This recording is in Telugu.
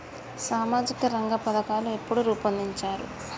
సామాజిక రంగ పథకాలు ఎప్పుడు రూపొందించారు?